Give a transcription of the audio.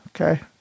Okay